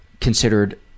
considered